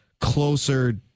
closer